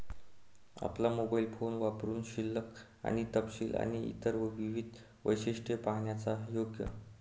आपला mobile phone वापरुन शिल्लक आणि तपशील आणि इतर विविध वैशिष्ट्ये पाहण्याचा योग